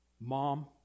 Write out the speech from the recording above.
Mom